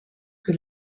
que